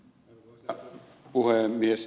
arvoisa puhemies